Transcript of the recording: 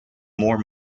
more